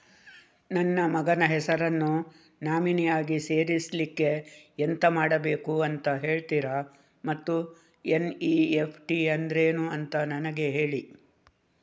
ನನ್ನ ಮಗನ ಹೆಸರನ್ನು ನಾಮಿನಿ ಆಗಿ ಸೇರಿಸ್ಲಿಕ್ಕೆ ಎಂತ ಮಾಡಬೇಕು ಅಂತ ಹೇಳ್ತೀರಾ ಮತ್ತು ಎನ್.ಇ.ಎಫ್.ಟಿ ಅಂದ್ರೇನು ಅಂತ ನನಗೆ ಹೇಳಿ